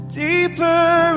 deeper